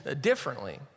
differently